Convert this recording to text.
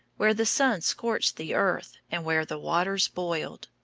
where the sun scorched the earth and where the waters boiled.